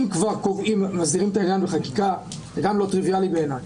אם כבר מסדירים את העניין בחקיקה זה גם לא טריוויאלי בעיניי,